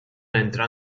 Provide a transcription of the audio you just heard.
entra